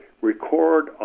record